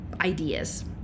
ideas